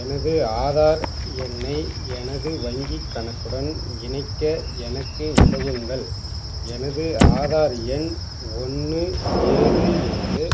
எனது ஆதார் எண்ணை எனது வங்கிக் கணக்குடன் இணைக்க எனக்கு உதவுங்கள் எனது ஆதார் எண் ஒன்று ஏழு ஏழு